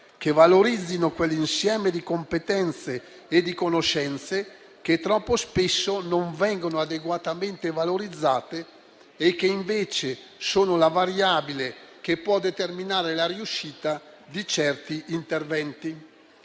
che valorizzino quell'insieme di competenze e di conoscenze che troppo spesso non vengono adeguatamente valorizzate e che invece sono la variabile che può determinare la riuscita di certi interventi.